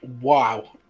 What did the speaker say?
Wow